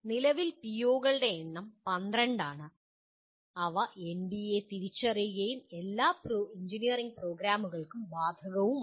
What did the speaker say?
നിലവിൽ പിഒകളുടെ എണ്ണം 12 ആണ് അവ എൻബിഎ തിരിച്ചറിയുകയും എല്ലാ എഞ്ചിനീയറിംഗ് പ്രോഗ്രാമുകൾക്കും ബാധകവുമാണ്